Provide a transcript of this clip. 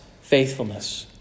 faithfulness